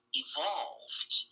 evolved